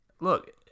Look